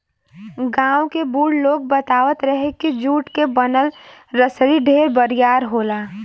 गांव के बुढ़ लोग बतावत रहे की जुट के बनल रसरी ढेर बरियार होला